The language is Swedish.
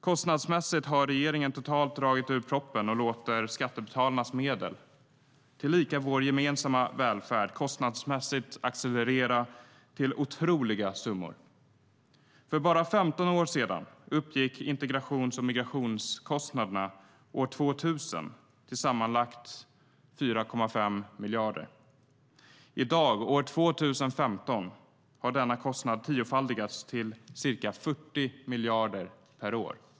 Kostnadsmässigt har regeringen totalt dragit ur proppen. Man låter kostnaderna, som täcks av skattebetalarnas medel, vilka ska gå till vår gemensamma välfärd, accelerera till otroliga summor. År 2000, för bara 15 år sedan, uppgick integrations och migrationskostnaderna till sammantaget 4,5 miljarder. Nu år 2015 har denna kostnad tiofaldigats till ca 40 miljarder per år.